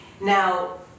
now